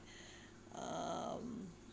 um